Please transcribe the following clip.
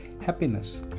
happiness